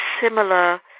similar